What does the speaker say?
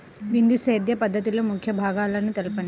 బిందు సేద్య పద్ధతిలో ముఖ్య భాగాలను తెలుపండి?